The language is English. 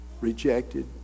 rejected